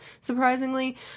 Surprisingly